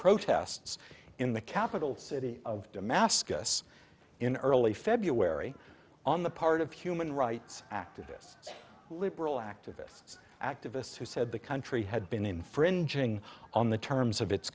protests in the capital city of damascus in early february on the part of human rights activists liberal activists activists who said the country had been infringing on the terms of its